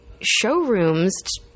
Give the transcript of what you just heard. showrooms